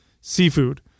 seafood